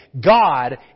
God